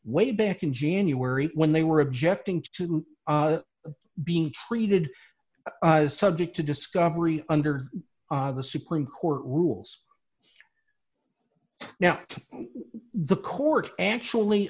way back in january when they were objecting to being treated subject to discovery under the supreme court rules now the court actually